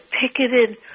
picketed